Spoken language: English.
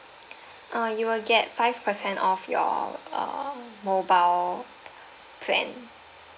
uh you will get five percent off your uh mobile plan